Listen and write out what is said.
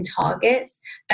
targets